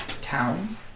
town